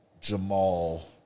Jamal